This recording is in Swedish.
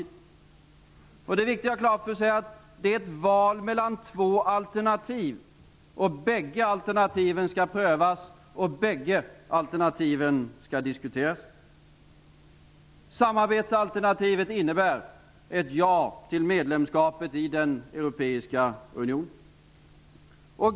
Det är viktigt att göra klart för sig att det är ett val mellan två alternativ, och bägge alternativen skall prövas, bägge alternativen skall diskuteras. Samarbetsalternativet innebär ett ja till medlemskapet i den europeiska unionen.